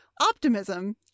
optimism